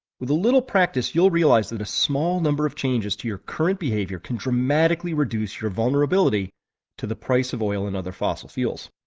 with a little practice, you'll realize that a small number of changes to your current behavior can dramatically reduce your vulnerability to the price of oil and other fossil fuels.